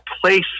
place